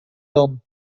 hirn